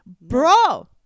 Bro